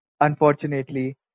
unfortunately